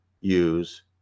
use